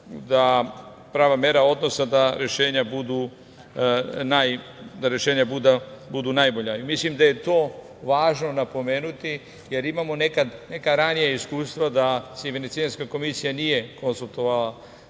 ona prava mera odnosa da rešenja budu najbolja. Mislim da je to važno napomenuti, jer imamo neka ranija iskustva da se i Venecijanska komisija nije konsultovala